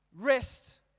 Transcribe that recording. Rest